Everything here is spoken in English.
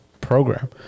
program